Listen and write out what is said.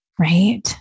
right